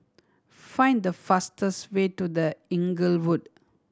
find the fastest way to The Inglewood